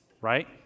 right